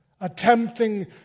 attempting